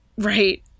right